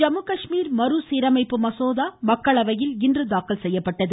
ஜம்மு காஷ்மீர் மறுசீரமைப்பு மசோதா மக்களவையில் இன்று தாக்கல் செய்யப்பட்டது